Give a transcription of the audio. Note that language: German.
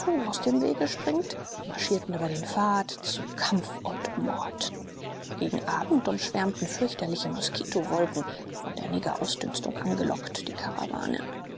aus dem wege springt marschierten über den pfad zu kampf und mord gegen abend umschwärmten fürchterliche moskitowolken von der negerausdünstung angelockt die karawane